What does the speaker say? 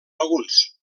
alguns